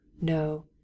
No